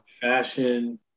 fashion